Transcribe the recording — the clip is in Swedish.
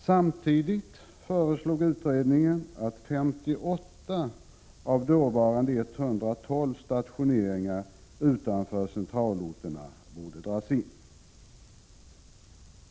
Samtidigt föreslog utredningen att 58 av dåvarande 112 stationeringar utanför centralorterna borde dras in.